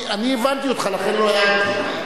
אני הבנתי אותך ולכן לא הערתי.